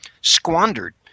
squandered